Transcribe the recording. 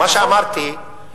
מה שאמרתי, נכון.